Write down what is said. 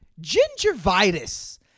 Gingivitis